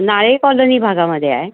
नाळे colony भागामध्ये आहे